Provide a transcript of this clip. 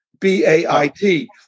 B-A-I-T